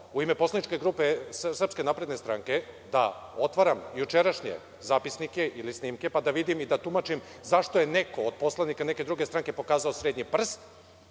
u ime poslaničke grupe SNS da otvaram jučerašnje zapisnike i snimke, pa da vidim i da tumačim zašto je neko od poslanika neke druge stranke pokazao srednji prst